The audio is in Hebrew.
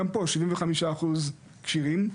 גם פה, 75 אחוז נמצאים כשירים.